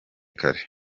kare